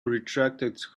retracted